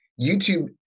YouTube